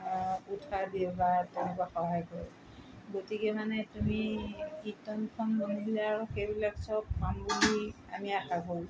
উৎসাহ দিওঁ বা তেনেকুৱা সহায় কৰে গতিকে মানে তুমি কীৰ্তনখন মেলিলে আৰু সেইবিলাক চব পাম বুলি আমি আশা কৰোঁ